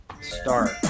Start